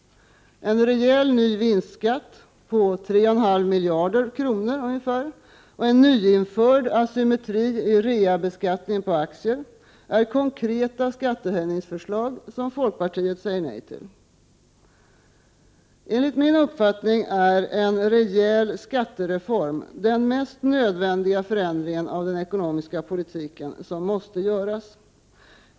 En rejäl ny vinstskatt på ungefär 3,5 miljarder kronor och en nyinförd asymmetri i reavinstskatten på aktier är konkreta skattehöjningsförslag som folkpartiet säger nej till. Enligt min uppfattning är en rejäl skattereform den mest nödvändiga förändring av den ekonomiska politiken som måste göras.